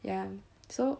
ya so